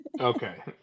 Okay